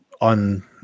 on